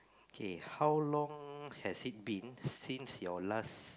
K how long has it been since your last